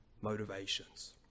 motivations